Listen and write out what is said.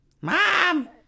Mom